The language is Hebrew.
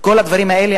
כל הדברים האלה,